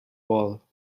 wall